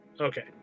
Okay